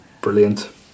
brilliant